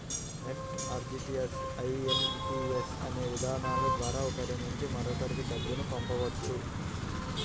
NEFT, RTGS, IMPS అనే విధానాల ద్వారా ఒకరి నుంచి మరొకరికి డబ్బును పంపవచ్చు